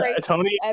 tony